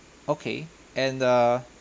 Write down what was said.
okay and err